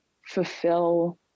fulfill